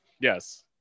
Yes